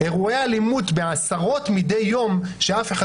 אירועי אלימות בעשרות מידי יום שאף אחד